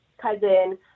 cousin